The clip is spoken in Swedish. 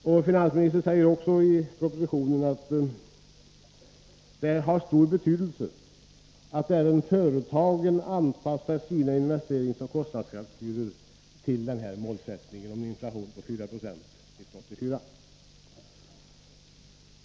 Som finansministern också framhåller i propositionen är det av stor betydelse att även företagen anpassar sina investeringsoch kostnadskalkyler till målsättningen 4 96 inflation år 1984.